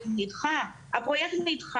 פרויקט כמו הקו האדום או הקו הירוק,